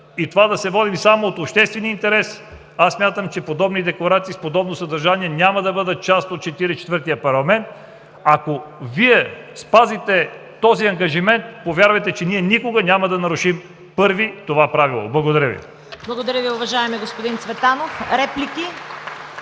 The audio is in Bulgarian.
да се водим само от обществен интерес, подобни декларации, с подобно съдържание няма да бъдат част от Четиридесет и четвъртия парламент. Ако Вие спазите този ангажимент, повярвайте, че ние никога няма да нарушим първи това правило. Благодаря Ви.